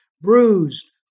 bruised